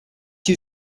you